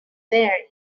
there